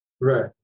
Right